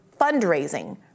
fundraising